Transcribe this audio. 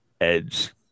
Edge